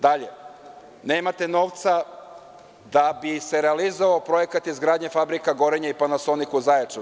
Dalje, nemate novca da bi se realizovao projekat izgradnje fabrika „Gorenje“ i „Panasonik“ u Zaječaru.